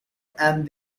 and